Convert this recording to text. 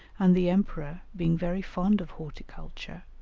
and the emperor, being very fond of horticulture,